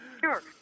sure